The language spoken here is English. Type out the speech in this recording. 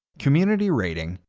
community rating,